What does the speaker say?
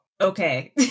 okay